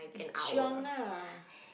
chiong ah